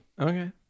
Okay